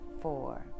four